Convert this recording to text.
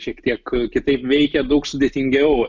šiek tiek kitaip veikia daug sudėtingiau